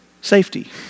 safety